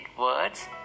words